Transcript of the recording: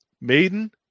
Maiden